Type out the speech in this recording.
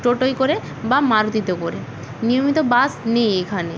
টোটোয় করে বা মারুতিতে করে নিয়মিত বাস নেই এখানে